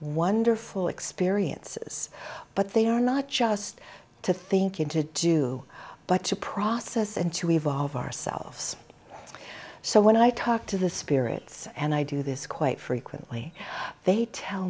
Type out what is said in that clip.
wonderful experiences but they are not just to thinking to do but to process and to evolve ourselves so when i talk to the spirits and i do this quite frequently they tell